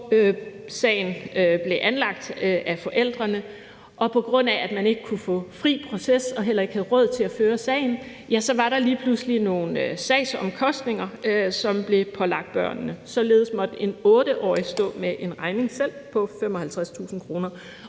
hvor sagen blev anlagt af forældrene, og på grund af at man ikke kunne få fri proces og heller ikke havde råd til at føre sagen, var der lige pludselig nogle sagsomkostninger, som blev pålagt børnene. Således måtte en 8-årig stå med en regning selv på 55.000 kr.,